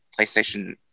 PlayStation